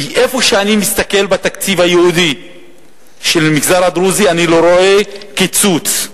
כי איפה שאני מסתכל בתקציב הייעודי של המגזר הדרוזי אני רואה קיצוץ.